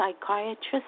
psychiatrist